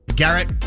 Garrett